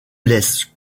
laisse